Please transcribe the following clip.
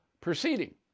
proceeding